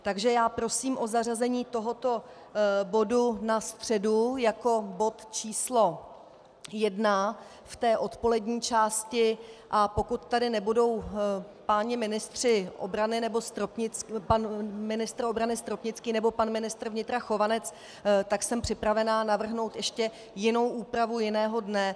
Takže já prosím o zařazení tohoto bodu na středu jako bodu číslo 1 v odpolední části, a pokud tady nebudou páni ministři, pan ministr obrany Stropnický nebo pan ministr vnitra Chovanec, tak jsem připravena navrhnout ještě jinou úpravu jiného dne.